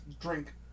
drink